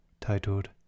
titled